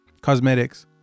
Cosmetics